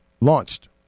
launched